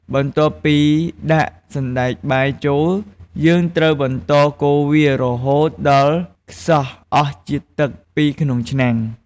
បន្ទាប់ពីដាក់សណ្ដែកបាយចូល យើងត្រូវបន្តកូរវា រហូតដល់ខ្សោះអស់ជាតិទឹកពីក្នុងឆ្នាំង។